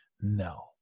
No